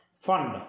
Fund